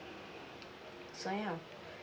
so ya